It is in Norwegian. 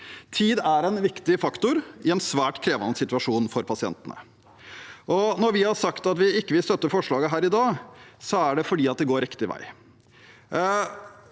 Tid er en viktig faktor i en svært krevende situasjon for pasientene. Når vi har sagt at vi ikke vil støtte forslaget her i dag, er det fordi det går riktig vei.